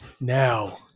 Now